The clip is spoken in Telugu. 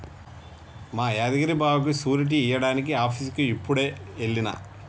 మా యాదగిరి బావకి సూరిటీ ఇయ్యడానికి ఆఫీసుకి యిప్పుడే ఎల్లిన